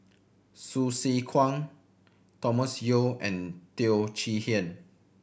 Hsu Tse Kwang Thomas Yeo and Teo Chee Hean